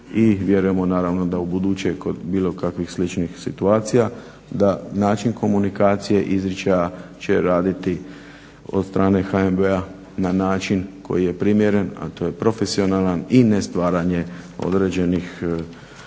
i vjerujemo naravno da ubuduće kod bilo kakvih sličnih situacija, da način komunikacije izričaja će raditi od strane HNB-a na način koji je primjeren a to je profesionalan i nestvaranje određenih loših